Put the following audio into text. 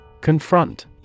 Confront